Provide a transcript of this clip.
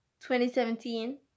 2017